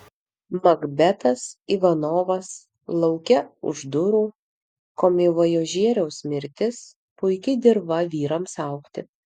makbetas ivanovas lauke už durų komivojažieriaus mirtis puiki dirva vyrams augti